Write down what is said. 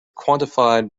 quantified